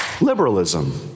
Liberalism